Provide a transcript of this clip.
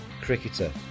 cricketer